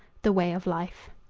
the way of life.